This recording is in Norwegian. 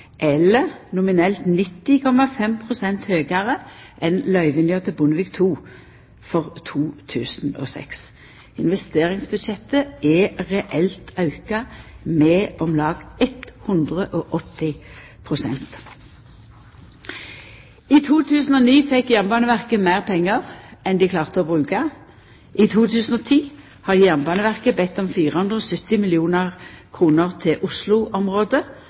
eller nominelt 90,5 pst. – høgare enn løyvinga til Bondevik II for 2006. Investeringsbudsjettet er reelt auka med om lag 180 pst. I 2009 fekk Jernbaneverket meir pengar enn dei klarte å bruka. I 2010 har Jernbaneverket bedt om 470 mill. kr til